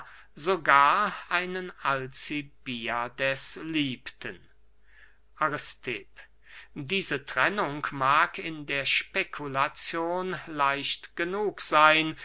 sogar einen alcibiades liebten aristipp diese trennung mag in der spekulazion leicht genug seyn